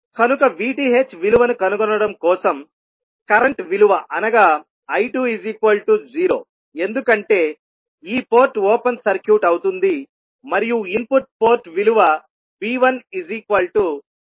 కనుక VTh విలువను కనుగొనడం కోసం కరెంట్ విలువ అనగా I20 ఎందుకంటే ఈ పోర్ట్ ఓపెన్ సర్క్యూట్ అవుతుంది మరియు ఇన్పుట్ పోర్ట్ విలువ V150 10I1